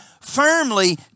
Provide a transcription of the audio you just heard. firmly